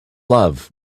love